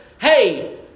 Hey